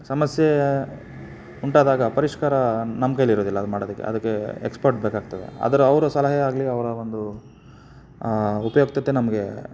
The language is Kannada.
ಸಮಸ್ಯೆ ಉಂಟಾದಾಗ ಪರಿಷ್ಕಾರ ನಮ್ಮ ಕೈಲಿರೋದಿಲ್ಲ ಅದು ಮಾಡೋದಕ್ಕೆ ಅದಕ್ಕೆ ಎಕ್ಸ್ಪರ್ಟ್ ಬೇಕಾಗ್ತದೆ ಅದರ ಅವರು ಸಲಹೆ ಆಗಲಿ ಅವರ ಒಂದು ಉಪಯುಕ್ತತೆ ನಮ್ಗೆ